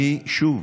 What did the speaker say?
שוב,